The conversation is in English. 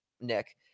nick